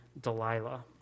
Delilah